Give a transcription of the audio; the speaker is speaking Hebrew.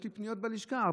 יש לי פניות בלשכה,